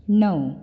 णव